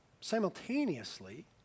simultaneously